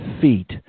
feet